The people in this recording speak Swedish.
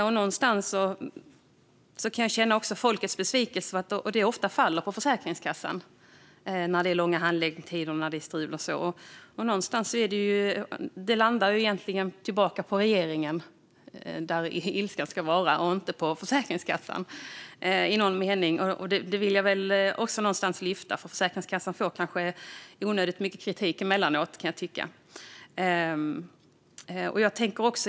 Ofta verkar folks besvikelse rikta sig mot Försäkringskassan när det är långa handläggningstider eller strul. Men egentligen borde ilskan landa på regeringen, inte på Försäkringskassan. Jag vill lyfta fram det, för Försäkringskassan får nog emellanåt onödigt mycket kritik.